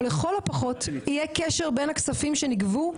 לכל הפחות יהיה קשר בין הכספים שנגבו,